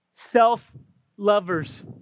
Self-lovers